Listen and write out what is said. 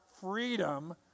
freedom